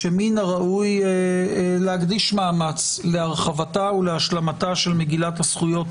שמן הראוי להקדיש מאמץ להרחבתה ולהשלמתה של מגילת הזכויות